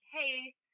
Hey